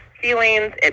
feelings